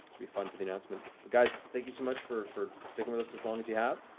be fun for the announcement. but guys, thank you so much for for sticking with us as long as you have.